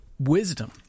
Wisdom